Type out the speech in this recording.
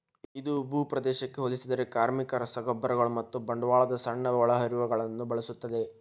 ಇದು ಭೂಪ್ರದೇಶಕ್ಕೆ ಹೋಲಿಸಿದರೆ ಕಾರ್ಮಿಕ, ರಸಗೊಬ್ಬರಗಳು ಮತ್ತು ಬಂಡವಾಳದ ಸಣ್ಣ ಒಳಹರಿವುಗಳನ್ನು ಬಳಸುತ್ತದೆ